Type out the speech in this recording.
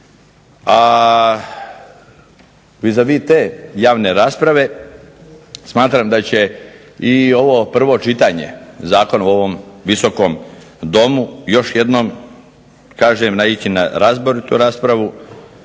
a vis a vis te javne rasprave smatram da će i ovo prvo čitanje zakona u ovom Visokom domu još jednom kažem naići na razboritu raspravu,